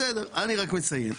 בסדר, אני רק מציין.